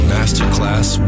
Masterclass